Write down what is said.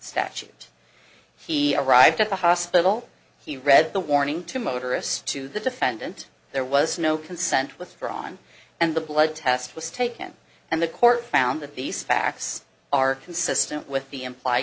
statute he arrived at the hospital he read the warning to motorists to the defendant there was no consent withdrawn and the blood test was taken and the court found that these facts are consistent with the impl